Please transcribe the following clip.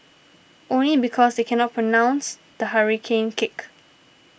only because they cannot pronounce the hurricane kick